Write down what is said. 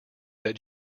that